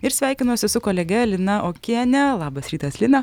ir sveikinuosi su kolege lina okiene labas rytas lina